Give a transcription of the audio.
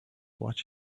watch